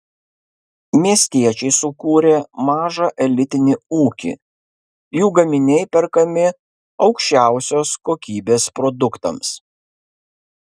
miestiečiai sukūrė mažą elitinį ūkį jų gaminiai perkami aukščiausios kokybės produktams